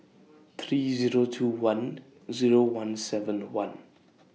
three Zero two one Zero one seven one